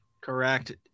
Correct